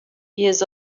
years